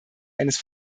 eines